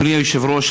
אדוני היושב-ראש,